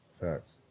Facts